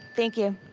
thank you.